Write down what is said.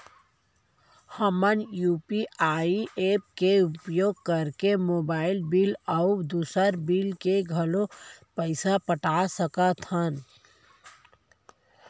हमन UPI app के उपयोग करके मोबाइल बिल अऊ दुसर बिल के घलो पैसा पटा सकत हन